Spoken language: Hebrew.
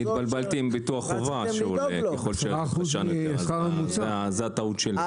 אני התבלבלתי עם ביטוח חובה, זאת הטעות שלי.